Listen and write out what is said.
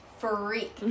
freak